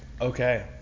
Okay